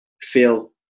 feel